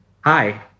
Hi